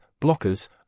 blockers